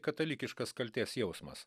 katalikiškas kaltės jausmas